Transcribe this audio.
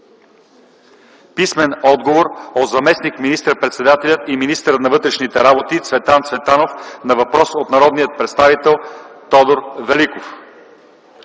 Дарин Матов; - от заместник министър-председателя и министър на вътрешните работи Цветан Цветанов на въпрос от народния представител Тодор Великов;